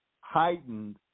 heightened